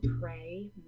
pray